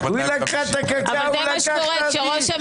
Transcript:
אם אין קשר בין מסורת למורשת,